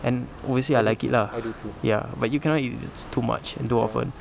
and obviously I like it lah ya but you cannot eat it too much and too often